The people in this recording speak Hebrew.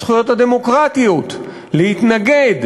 הזכויות הדמוקרטיות להתנגד,